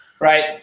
Right